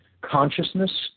consciousness